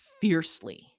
fiercely